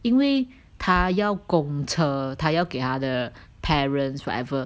因为他要供车他要给他的 parents whatever